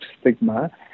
stigma